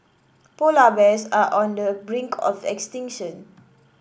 polar bears are on the brink of extinction